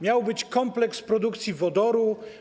Miał być kompleks produkcji wodoru.